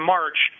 March